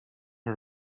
her